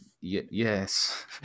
Yes